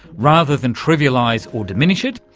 rather than trivialise or diminish it,